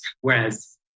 Whereas